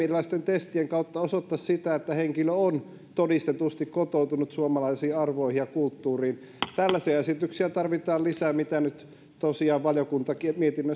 erilaisten testien kautta osoittaisi sitä että henkilö on todistetusti kotoutunut suomalaisiin arvoihin ja kulttuuriin tällaisia esityksiä tarvitaan lisää mitä nyt tosiaan valiokuntakin